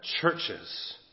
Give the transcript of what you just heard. churches